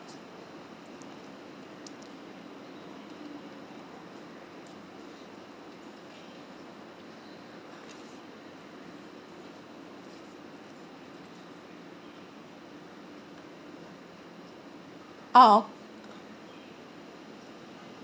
oh